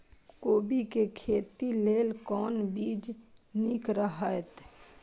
कोबी के खेती लेल कोन बीज निक रहैत?